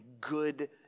good